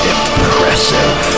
Impressive